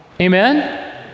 Amen